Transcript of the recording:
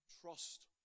trust